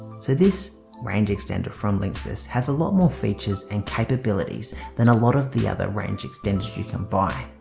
so this range extender from linksys has a lot more features and capabilities than a lot of the other range extensions you can buy.